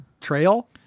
trail